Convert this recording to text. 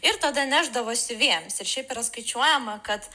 ir tada nešdavo siuvėjams ir šiaip yra skaičiuojama kad